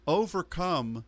overcome